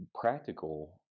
practical